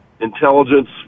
Intelligence